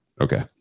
Okay